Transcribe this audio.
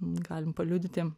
galim paliudyti